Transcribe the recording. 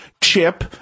Chip